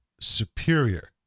superior